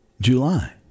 July